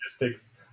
logistics